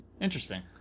Interesting